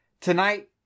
Tonight